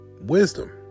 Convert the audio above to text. wisdom